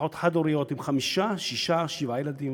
משפחות חד-הוריות עם חמישה, שישה, שבעה ילדים